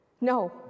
no